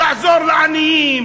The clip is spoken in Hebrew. לעזור לעניים,